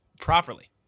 properly